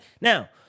Now